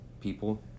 people